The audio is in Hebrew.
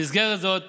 במסגרת זאת